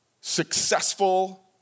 successful